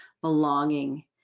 belonging